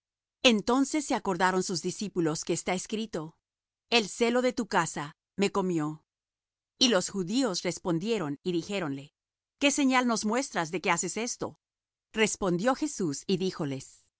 entonces se acordaron sus discípulos que está escrito el celo de tu casa me comió y los judíos respondieron y dijéronle qué señal nos muestras de que haces esto respondió jesús y